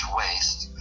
waste